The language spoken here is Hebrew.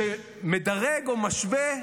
שמדרג או משווה,